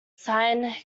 sine